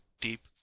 deep